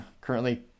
currently